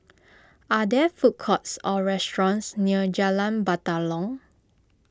are there food courts or restaurants near Jalan Batalong